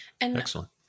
Excellent